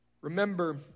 Remember